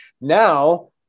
Now